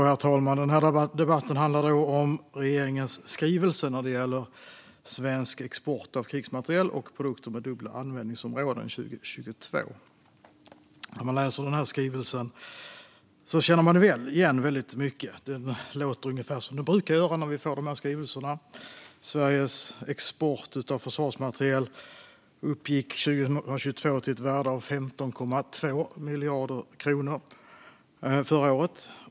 Herr talman! Den här debatten handlar om regeringens skrivelse om svensk export av krigsmateriel och produkter med dubbla användningsområden 2022. När man läser skrivelsen känner man igen mycket. Det låter ungefär som det brukar göra när vi får de här skrivelserna. Sveriges export av försvarsmateriel uppgick 2022 till ett värde av 15,2 miljarder kronor.